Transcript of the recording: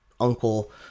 uncle